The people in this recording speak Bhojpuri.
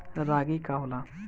रागी का होला?